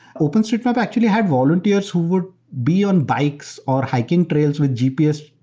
openstreetmap actually have volunteers who would be on bikes or hiking trails with gps,